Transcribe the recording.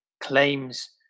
claims